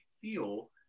feel